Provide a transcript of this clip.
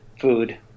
food